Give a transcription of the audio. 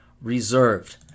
Reserved